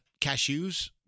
Cashews